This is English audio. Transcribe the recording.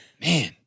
Man